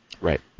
Right